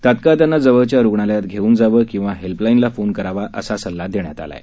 तत्काळ त्यांना जवळच्या रुग्णालयात घेऊन जावं किवा हेल्पलाइनला फोन करावा असा सल्ला देण्यात आला आहे